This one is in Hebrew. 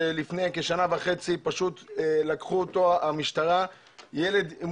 שלפני כשנה וחצי לקח אותו מהמשטרה - והוא ילד עם